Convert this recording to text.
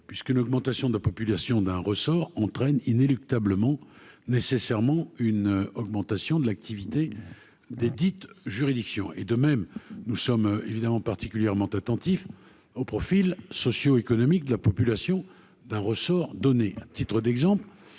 puisqu'une augmentation de la population d'un ressort entraîne inéluctablement nécessairement une augmentation de l'activité des dites juridiction et de même, nous sommes évidemment particulièrement attentifs au profil socio-économique de la population d'un ressort donné